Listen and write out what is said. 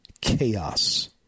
chaos